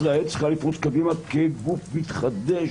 ישראל צריכה לפרוץ קדימה כגוף מתחדש,